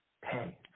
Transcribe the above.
pay